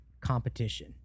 competition